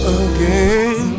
again